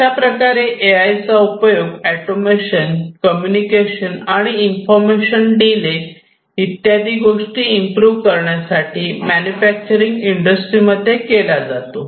अशाप्रकारे A I चा उपयोग ऑटोमेशन कम्युनिकेशन आणि इन्फोर्मेशन डिले इत्यादी गोष्टी इम्प्रू करण्यासाठी मॅन्युफॅक्चरिंग इंडस्ट्री मध्ये केला जातो